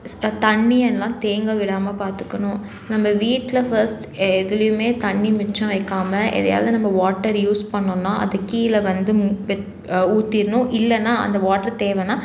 தண்ணியெல்லாம் தேங்க விடாமல் பார்த்துக்கணும் நம்ம வீட்டில ஃபஸ்ட் எதுலேயுமே தண்ணி மிச்சம் வைக்காமல் எதையாவது நம்ம வாட்டர் யூஸ் பண்ணோம்னா அது கீழே வந்து ஊத்திடணும் இல்லைன்னா அந்த வாட்டர் தேவைனா